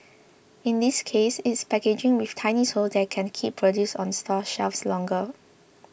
in this case it's packaging with tiny holes that can keep produce on store shelves longer